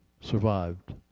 survived